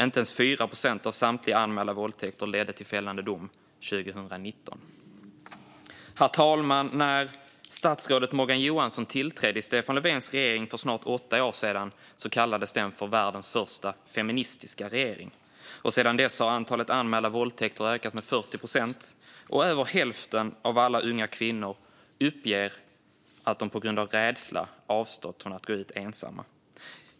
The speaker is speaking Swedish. Inte ens 4 procent av samtliga anmälda våldtäkter ledde till fällande dom 2019. Herr talman! När statsrådet Morgan Johansson tillträdde i Stefan Löfvens regering för snart åtta år sedan kallades den för världens första feministiska regering. Sedan dess har antalet anmälda våldtäkter ökat med 40 procent, och över hälften av alla unga kvinnor uppger att de på grund av rädsla avstått från att gå ut ensamma.